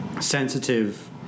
sensitive